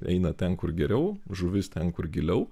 eina ten kur geriau žuvis ten kur giliau